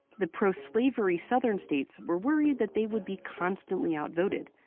the pro-slavery southern states were worried that they would be constantly outvoted,